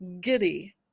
giddy